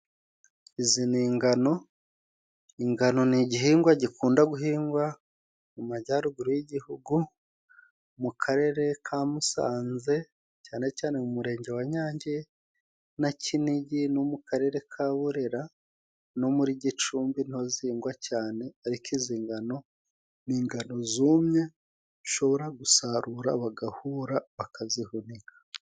Izi ni ingano. Ingano ni igihingwa gikunda guhingwa mu majyaruguru y'Igihugu, mu Karere ka Musanze cyane cyane mu Murenge wa Nyange na Kinigi no mu Karere ka Burera no muri Gicumbi, ni ho zihingwa cyane, ariko izi ngano ni ingano zumye, bashobora gusarura, bagahura, bakazihunika.